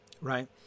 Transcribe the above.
right